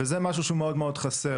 זה משהו שהוא מאוד מאוד חסר.